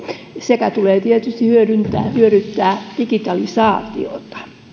sekä tulee tietysti hyödyntää digitalisaatiota